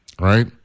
right